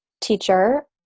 teacher